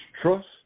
trust